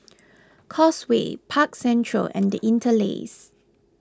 Causeway Park Central and the Interlace